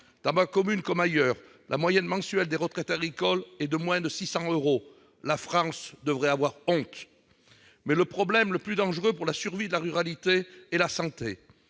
Dans ma commune comme ailleurs, la moyenne mensuelle des retraites agricoles est inférieure à 600 euros. La France devrait avoir honte. Cependant, le problème le plus dangereux pour la survie de la ruralité est la santé,